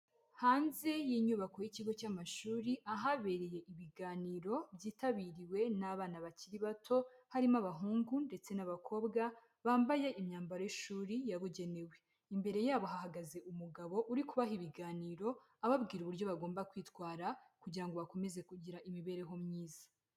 Hanze y'inyubako y'ikigo cy'amashuri ahabereye ibiganiro byitabiriwe n'abana bakiri bato, harimo abahungu ndetse n'abakobwa, bambaye imyambaro y'ishuri yabugenewe, imbere yabo hahagaze umugabo uri kubaha ibiganiro ababwira uburyo bagomba kwitwara kugira ngo bakomeze kugira imibereho myiza.